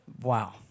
Wow